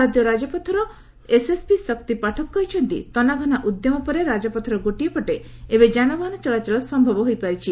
ଜାତୀୟ ରାଜପଥର ଏସ୍ଏସ୍ପି ଶକ୍ତି ପାଠକ କହିଛନ୍ତି ତନାଘନା ଉଦ୍ୟମ ପରେ ରାଜପଥର ଗୋଟିଏ ପଟେ ଏବେ ଜାନବାହନ ଚଳାଚଳ ସମ୍ଭବ ହୋଇପାରିଛି